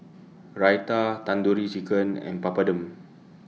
Raita Tandoori Chicken and Papadum